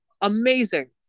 amazing